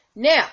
Now